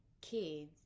kids